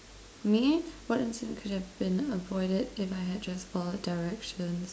me what incident could have been avoided if I had just followed directions